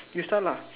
you start lah